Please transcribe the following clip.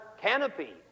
canopy